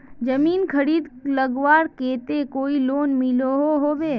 जमीन खरीद लगवार केते कोई लोन मिलोहो होबे?